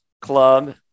Club